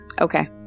Okay